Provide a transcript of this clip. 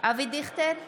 אבי דיכטר,